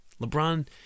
LeBron